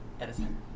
Edison